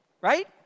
Right